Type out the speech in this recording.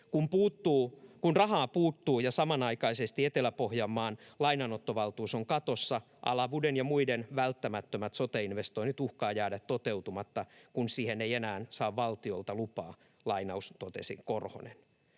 ”Kun rahaa puuttuu ja samanaikaisesti Etelä-Pohjanmaan lainanottovaltuus on katossa, Alavuden ja muiden välttämättömät sote-investoinnit uhkaavat jäädä toteutumatta, kun siihen ei enää saa valtiolta lupaa”, totesi Korhonen.